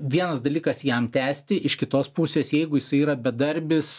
vienas dalykas jam tęsti iš kitos pusės jeigu jisai yra bedarbis